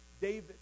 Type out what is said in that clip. David